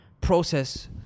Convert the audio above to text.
process